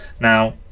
now